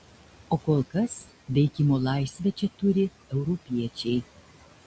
o kol kas veikimo laisvę čia turi europiečiai